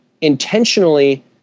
intentionally